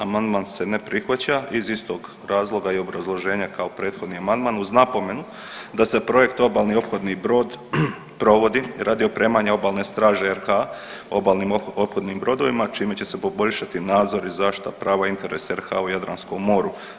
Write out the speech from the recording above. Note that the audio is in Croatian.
Amandman se ne prihvaća iz istog razloga i obrazloženja kao prethodni amandman uz napomenu da se projekt Obalni ophodni brod provodi radi opremanja Obalne straže RH obalnim ophodnim brodovima čime će se poboljšati nadzor i zaštita prava interesa RH u Jadranskom moru.